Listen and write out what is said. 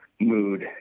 mood